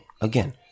again